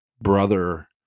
brother